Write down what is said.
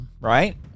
Right